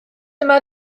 yma